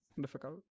difficult